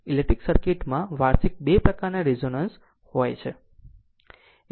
electric સર્કિટમાં વાર્ષિક 2 પ્રકારનાં રેઝોનન્સ હોય છે